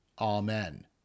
Amen